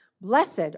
Blessed